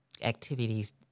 activities